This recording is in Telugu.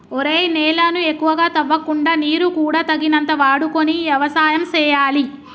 ఒరేయ్ నేలను ఎక్కువగా తవ్వకుండా నీరు కూడా తగినంత వాడుకొని యవసాయం సేయాలి